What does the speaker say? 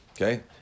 Okay